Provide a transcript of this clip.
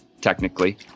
technically